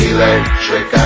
Electric